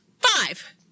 Five